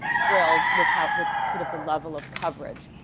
thrilled with how with sort of the level of coverage,